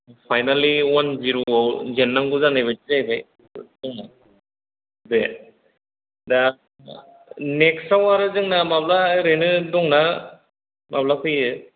finally अवान जिर'वाव जेननांगौ जानायबादि जाहैबाय दङ बे दा नेक्चयाव आरो जोंना माब्ला ओरैनो दंना माब्ला फैयो